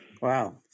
Wow